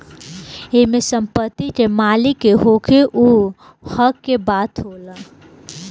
एमे संपत्ति के मालिक के होखे उ हक के बात होला